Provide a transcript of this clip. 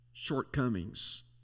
shortcomings